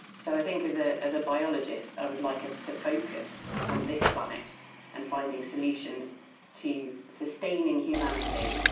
so i think as ah as a biologist i would like us to focus on this planet and finding solutions to sustaining humanity,